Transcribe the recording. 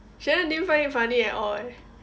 shannon didn't find it funny at all eh